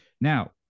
Now